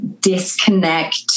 disconnect